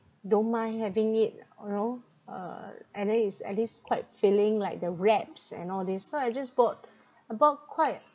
don't mind having it you know uh and then it's at least quite filling like the wraps and all these so I just bought I bought quite